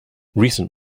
recent